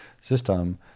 system